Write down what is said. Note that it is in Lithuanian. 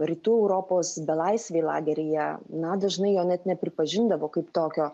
rytų europos belaisviai lageryje na dažnai jo net nepripažindavo kaip tokio